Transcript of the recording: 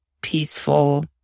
peaceful